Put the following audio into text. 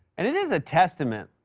and it is a testament,